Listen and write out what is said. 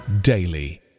daily